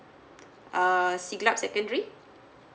uh siglap secondary